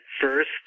first